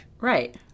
Right